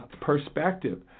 perspective